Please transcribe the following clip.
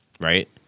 Right